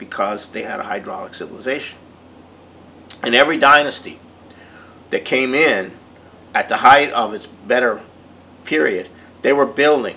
because they had a hydraulic civilization and every dynasty that came in at the height of its better period they were building